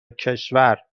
کشور